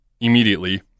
immediately